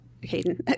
Hayden